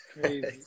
crazy